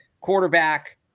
quarterback